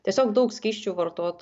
tiesiog daug skysčių vartot